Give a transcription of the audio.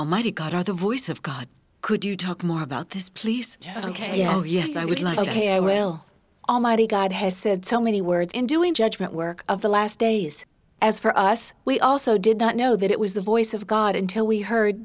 almighty god are the voice of god could you talk more about this please ok you know yes i would like ok well almighty god has said so many words in doing judgment work of the last days as for us we also did not know that it was the voice of god until we heard